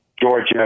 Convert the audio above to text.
Georgia